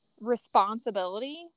responsibility